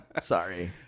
sorry